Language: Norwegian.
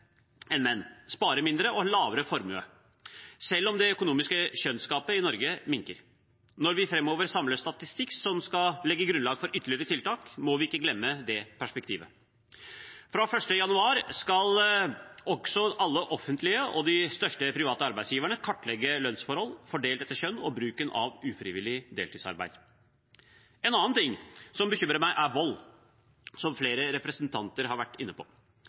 enn menn, sparer mindre og har lavere formue, selv om det økonomiske kjønnsgapet i Norge minker. Når vi framover samler statistikk som skal legge grunnlag for ytterligere tiltak, må vi ikke glemme det perspektivet. Fra 1. januar skal også alle offentlige og de største private arbeidsgiverne kartlegge lønnsforhold fordelt etter kjønn og bruken av ufrivillig deltidsarbeid. En annen ting som bekymrer meg, er vold, som flere representanter har vært inne på.